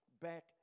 back